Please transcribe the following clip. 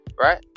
right